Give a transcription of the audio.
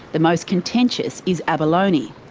the most contentious is abalone.